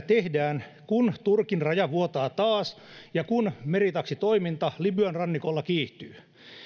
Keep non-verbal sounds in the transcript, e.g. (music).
(unintelligible) tehdään kun turkin raja vuotaa taas ja kun meritaksitoiminta libyan rannikolta kiihtyy